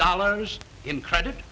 dollars in credit